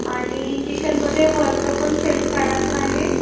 आणि किचनमध्ये वरचं पण सेल्फ काढायचा आहे